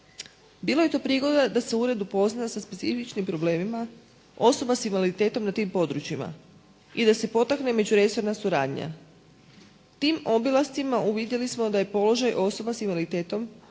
Bilo je prigoda da se ured upozna sa specifičnim problemima osoba sa invaliditetom na tim područjima i da se potakne međuresorna suradnja. Tim obilascima uvidjeli smo da je položaj osoba sa invaliditetom